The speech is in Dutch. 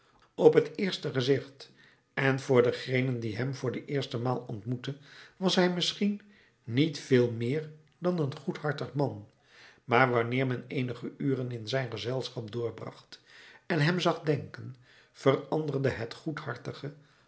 op t eerste gezicht en voor dengene die hem voor de eerste maal ontmoette was hij misschien niet veel meer dan een goedhartig man maar wanneer men eenige uren in zijn gezelschap doorbracht en hem zag denken veranderde het